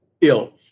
ill